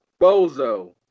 bozo